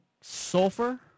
Sulfur